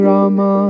Rama